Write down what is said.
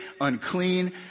unclean